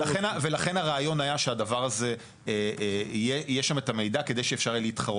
ולכן הרעיון היה שיהיה שם את המידע כדי שאפשר יהיה להתחרות.